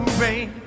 rain